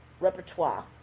repertoire